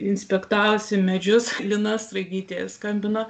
inspektavusi medžius lina straigytė skambina